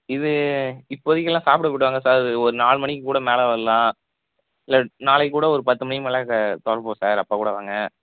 இது இப்போதைக்கு எல்லாம் எல்லாம் சாப்பிட போயிடுவாங்க சார் ஒரு நாலு மணிக்கு கூட மேலே வரலாம் இல்லை நாளைக்கு கூட ஒரு பத்து மணிக்கு மேலே திறப்போம் சார் அப்போ கூட வாங்க